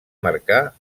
marcà